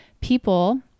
people